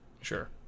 Sure